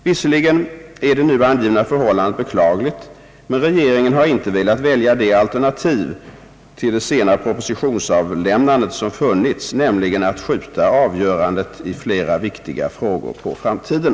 Visserligen är det nu angivna förhållandet beklagligt men regeringen har inte velat välja det al ternativ till det sena propositionsavlämnandet som funnits, nämligen att skjuta avgörandet i flera viktiga frågor på framtiden.